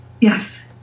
Yes